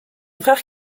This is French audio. frère